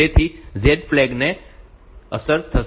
તેથી Z flag ને અસર થશે